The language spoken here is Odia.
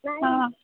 ହଁ